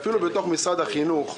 ואפילו בתוך משרד החינוך,